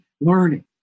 learning